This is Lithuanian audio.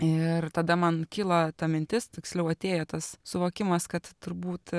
ir tada man kyla ta mintis tiksliau atėjo tas suvokimas kad turbūt